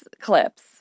clips